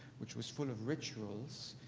which was full of rituals,